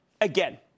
Again